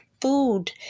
food